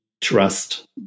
trust